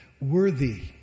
worthy